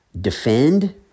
defend